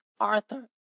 Arthur